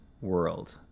world